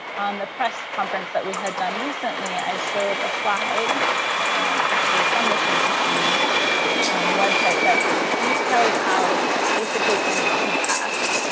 on the press conference that we had done recently, i showed a slide actually from the cdc website that details out basically kind of two paths.